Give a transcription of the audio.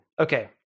Okay